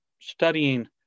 studying